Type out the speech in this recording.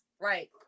right